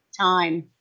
time